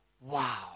wow